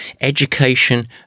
education